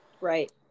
Right